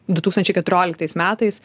du tūkstančiai keturioliktais metais